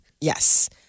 Yes